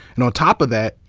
and on top of that,